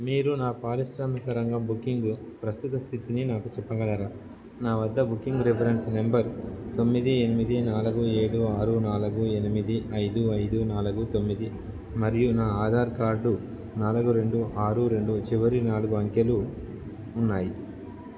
మీరు నా పారిశ్రామిక రంగం బుకింగ్ ప్రస్తుత స్థితిని నాకు చెప్పగలరా నా వద్ద బుకింగ్ రిఫరెన్స్ నంబర్ తొమ్మిది ఎనిమిది నాలుగు ఏడు ఆరు నాలుగు ఎనిమిది ఐదు ఐదు నాలుగు తొమ్మిది మరియు నా ఆధార్ కార్డు నాలుగు రెండు ఆరు రెండు చివరి నాలుగు అంకెలు ఉన్నాయి